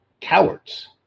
cowards